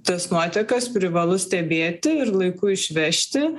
tas nuotekas privalu stebėti ir laiku išvežti